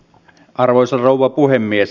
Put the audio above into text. arvoisa rouva puhemies